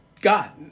God